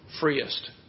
freest